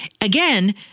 again